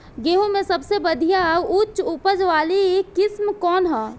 गेहूं में सबसे बढ़िया उच्च उपज वाली किस्म कौन ह?